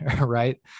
right